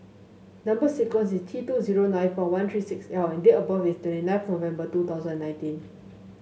number sequence is T two zero nine four one three six L and date of birth is twenty nine November two thousand and nineteen